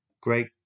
Great